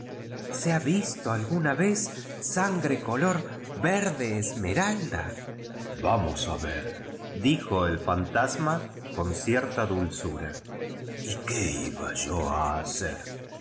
se ha visto alguna vez snugre color verde esmeralda f vamos a ver dijo el fantasma eon cierta dulzura y qué iba yo a hacerf